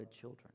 children